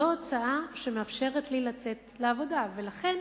זו הצעה שמאפשרת לי לצאת לעבודה, ולכן